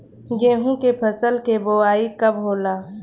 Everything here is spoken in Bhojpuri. गेहूं के फसल के बोआई कब होला?